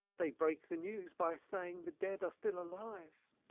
they break the news by saying the dead are still alive.